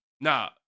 Now